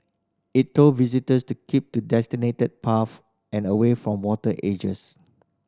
it told visitors to keep to designated paths and away from water edges